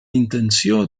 intenció